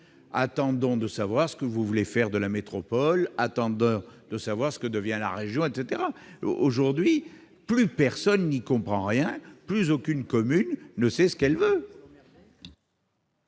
Attendons de savoir ce que vous voulez faire de la métropole ! Attendons de savoir ce que devient la région ! Qu'est-ce qui change ? Aujourd'hui, plus personne n'y comprend rien ! Plus aucune commune ne sait ce qu'elle veut